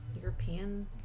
European